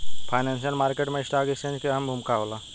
financial market में stock exchange के अहम भूमिका होला